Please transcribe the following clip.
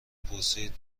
پرسید